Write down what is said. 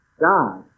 God